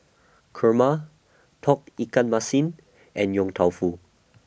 Kurma Tauge Ikan Masin and Yong Tau Foo